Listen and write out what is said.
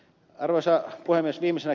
arvoisa puhemies